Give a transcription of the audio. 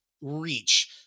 reach